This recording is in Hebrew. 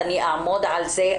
אני אעמוד על זה.